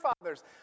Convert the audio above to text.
fathers